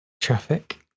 traffic